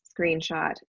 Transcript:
screenshot